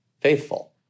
faithful